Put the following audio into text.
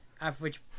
average